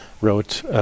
wrote